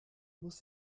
muss